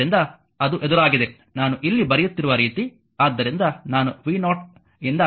ಆದ್ದರಿಂದ ಅದು ಎದುರಾಗಿದೆ ನಾನು ಇಲ್ಲಿ ಬರೆಯುತ್ತಿರುವ ರೀತಿ ಆದ್ದರಿಂದ ನಾನು v0 ಯಿಂದ ಬರೆಯುತ್ತಿದ್ದೇನೆ